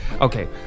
Okay